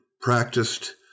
practiced